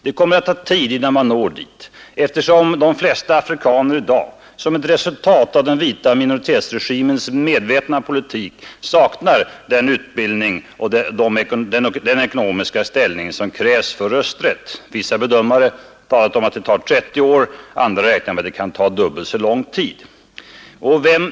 Det kommer att ta tid innan man når dit, eftersom de flesta afrikaner i dag som ett resultat av den vita minoritetsregimens medvetna politik saknar den utbildning och den ekonomiska ställning som krävs för rösträtt. Vissa bedömare talar om att det tar 30 år, andra räknar med att det kan ta dubbelt så lång tid.